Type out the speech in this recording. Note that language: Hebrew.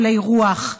חולי רוח,